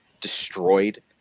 destroyed